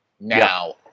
Now